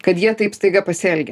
kad jie taip staiga pasielgia